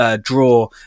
draw